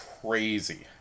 crazy